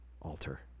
alter